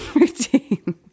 routine